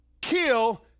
kill